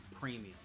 premium